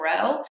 grow